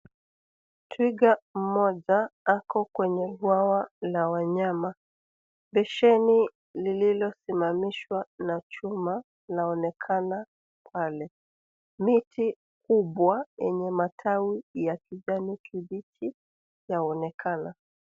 Twiga mmoja ako kwenye wawa la wanyama. Besheni lililosimamishwa na chuma linaonekana pale. Miti kubwa yenye matawi ya kijani kibichi yaonekana.